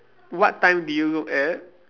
what time do you look at